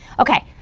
okay.